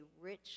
rich